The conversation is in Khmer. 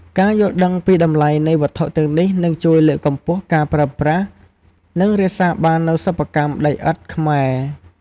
ការយល់ដឹងពីតម្លៃនៃវត្ថុទាំងនេះនឹងជួយលើកកម្ពស់ការប្រើប្រាស់ និងរក្សាបាននូវសិប្បកម្មដីឥដ្ឋខ្មែរ។